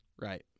right